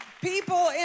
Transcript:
people